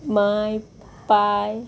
माय पाय